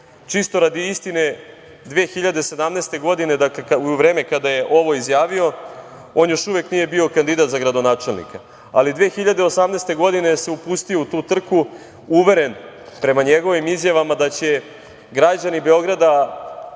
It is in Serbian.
radi istine, 2017. godine u vreme kada je ovo izjavio, on još uvek nije bio kandidat za gradonačelnika, ali 2018. godine se upustio u tu trku uveren, prema njegovim izjavama, da će građani Beograda